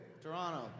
Toronto